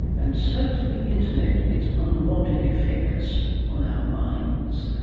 and so to the internet, its unwanted effects on our minds.